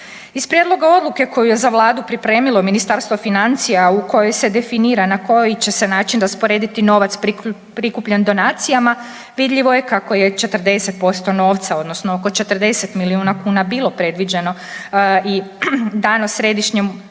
Iz prijedloga odluke koju je za Vladu pripremilo Ministarstvo financija, a u kojoj se definira na koji će se način rasporediti novac prikupljen donacijama vidljivo je kako je 40% novca odnosno oko 40 milijuna kuna bilo predviđeno i dano Središnjem